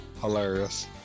Hilarious